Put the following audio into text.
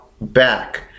back